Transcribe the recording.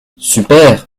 super